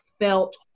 felt